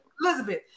Elizabeth